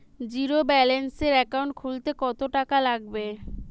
জিরোব্যেলেন্সের একাউন্ট খুলতে কত টাকা লাগবে?